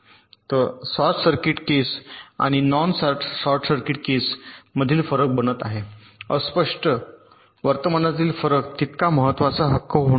तर short circuit case आणि non short circuit case मधील फरक बनत आहे अस्पष्ट वर्तमानातील फरक तितका महत्वाचा हक्क होणार नाही